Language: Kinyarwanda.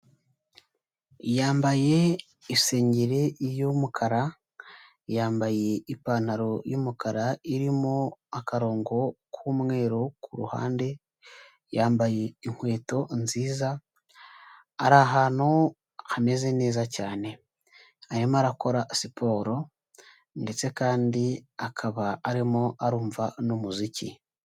Yambaye isengeri y'umukara, yambaye ipantaro y'umukara irimo akarongo k'umweru ku ruhande, yambaye inkweto nziza, ari ahantu hameze neza cyane, arimo arakora siporo ndetse kandi akaba arimo arumva n'umuziki.